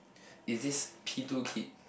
is this P two kid